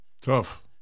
Tough